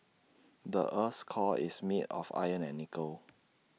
the Earth's core is made of iron and nickel